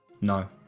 No